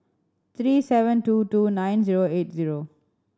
three seven two two nine zero eight zero